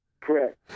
Correct